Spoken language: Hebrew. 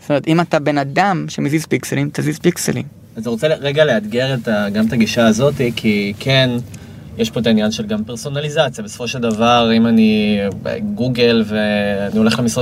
זאת אומרת אם אתה בן אדם שמזיז פיקסלים תזיז פיקסלים. אני רוצה רגע לאתגר גם את הגישה הזאת כי כן יש פה את העניין של גם פרסונליזציה בסופו של דבר אם אני גוגל ואני הולך למשרד